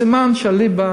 סימן שאליבא